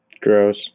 Gross